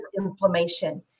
inflammation